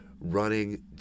running